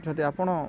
ଯଦି ଆପଣ